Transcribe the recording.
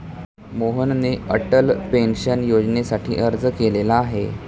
मोहनने अटल पेन्शन योजनेसाठी अर्ज केलेला आहे